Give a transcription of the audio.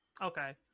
okay